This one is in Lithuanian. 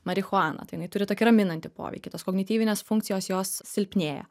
marihuaną tai jinai turi tokį raminantį poveikį tos kognityvinės funkcijos jos silpnėja